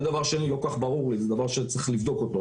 זה לא כל כך ברור לי, זה דבר שצריך לבדוק אותו.